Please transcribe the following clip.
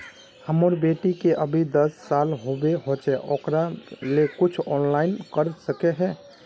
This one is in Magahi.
हमर बेटी के अभी दस साल होबे होचे ओकरा ले कुछ ऑनलाइन कर सके है?